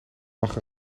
mag